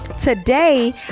Today